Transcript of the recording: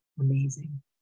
amazing